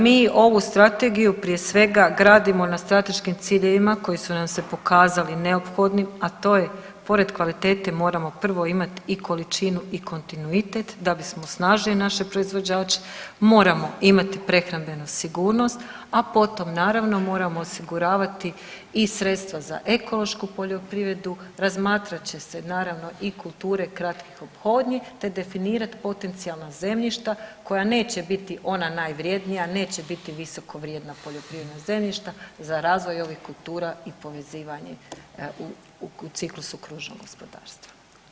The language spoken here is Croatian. Mi ovu strategiju prije svega gradimo na strateškim ciljevima koji su nam se pokazali neophodnim, a to je pored kvalitete moramo prvo imat i količinu i kontinuitet da bismo naše proizvođače moramo imati prehrambenu sigurnost, a potom naravno moramo osiguravati i sredstva za ekološku poljoprivredu, razmatrat će se naravno i kulture kratkih ophodnji, te definirat potencijalna zemljišta koja neće biti ona najvrednija, neće biti visoko vrijedna poljoprivredna zemljišta za razvoj i ovih kultura i povezivanje u ciklusu kružnog gospodarstva.